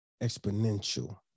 exponential